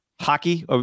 Hockey